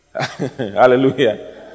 Hallelujah